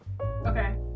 Okay